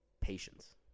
patience